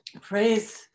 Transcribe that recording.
praise